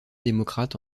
démocrate